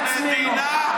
המדינה,